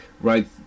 right